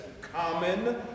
common